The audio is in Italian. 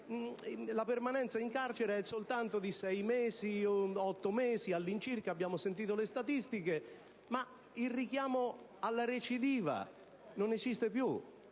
la permanenza in carcere è soltanto di sei, otto mesi circa, come abbiamo sentito dalle statistiche. Ma il richiamo alla recidiva non esiste più?